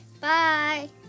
Bye